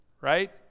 right